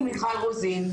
למיכל רוזין,